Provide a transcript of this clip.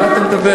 על מה אתה מדבר?